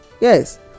Yes